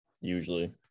usually